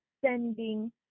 sending